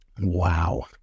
Wow